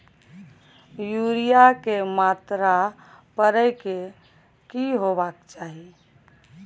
Urea के मात्रा परै के की होबाक चाही?